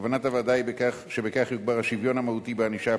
כוונת הוועדה היא שבכך יוגבר השוויון המהותי בענישה פלילית,